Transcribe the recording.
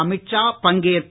அமித் ஷா பங்கேற்பு